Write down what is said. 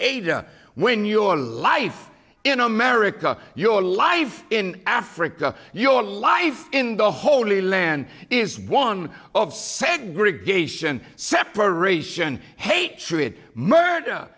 ada when your life in america your life in africa your life in the holy land is one of segregation separation hatred murd